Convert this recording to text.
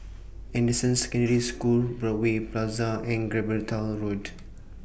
Anderson Secondary School Broadway Plaza and Gibraltar Road